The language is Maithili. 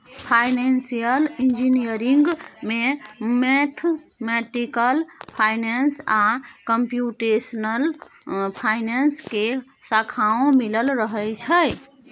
फाइनेंसियल इंजीनियरिंग में मैथमेटिकल फाइनेंस आ कंप्यूटेशनल फाइनेंस के शाखाओं मिलल रहइ छइ